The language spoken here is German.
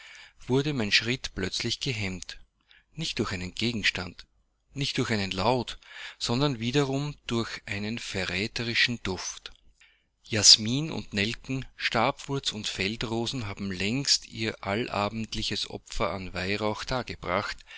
wurde mein schritt plötzlich gehemmt nicht durch einen gegenstand nicht durch einen laut sondern wiederum durch einen verräterischen duft jasmin und nelken stabwurz und feldrosen haben längst ihr allabendliches opfer an weihrauch dargebracht